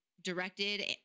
directed